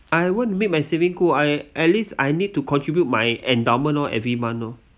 I want to meet my saving goal I I at least I need to contribute my endowment orh every month orh